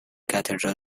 cathedral